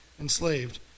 enslaved